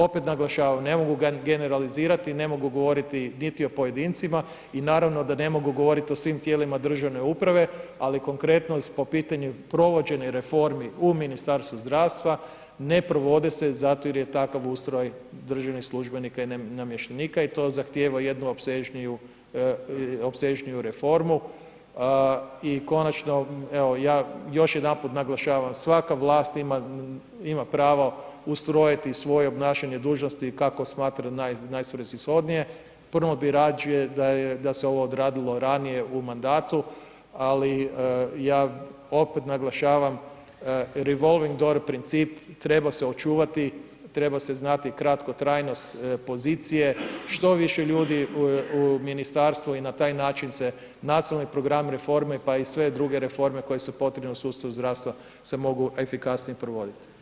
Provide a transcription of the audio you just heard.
Opet naglašavam, ne mogu generalizirat, ne mogu govoriti niti o pojedincima i naravno da ne mogu govoriti o svim tijelima državne uprave ali konkretno po pitanju provođenja reformi u Ministarstvu zdravstva, ne provode zato jer je takav ustroj državnih službenika i namještenika i to zahtijeva jednu opsežniju reformu i konačno evo ja još jedanput naglašavam, svaka vlast ima pravo ustrojiti svoje obnašanje dužnosti kako smatra najsvrsishodnije, ... radije da se ovo odradilo radije u mandatu ali ja opet naglašavam revolving door princip treba se očuvati, treba se znat kratkotrajnost pozicije, što više ljudi u ministarstvu i na taj način se nacionalni program reformi pa i sve druge reforme koje su potrebne u sustavu zdravstva se mogu efikasnije provoditi.